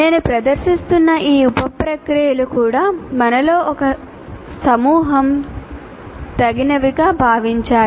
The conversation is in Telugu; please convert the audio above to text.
నేను ప్రదర్శిస్తున్న ఈ ఉప ప్రక్రియలు కూడా మనలో ఒక సమూహం తగినవిగా భావించాయి